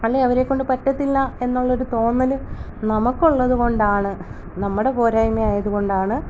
അല്ലെങ്കിൽ അവരെ കൊണ്ട് പറ്റത്തില്ല എന്നുള്ളൊരു തോന്നൽ നമുക്കുള്ളത് കൊണ്ടാണ് നമ്മുടെ പോരായ്മ ആയതുകൊണ്ടാണ്